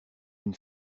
une